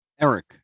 Eric